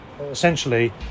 essentially